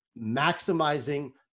maximizing